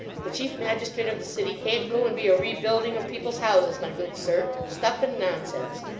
the chief magistrate of the city can't go and be a rebuilding of people's houses, my good sir. stuff and nonsense